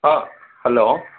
ஆ hello